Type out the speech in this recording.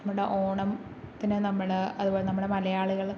നമ്മുടെ ഓണത്തിന് നമ്മള് അതുപോലെ നമ്മള് മലയാളികൾ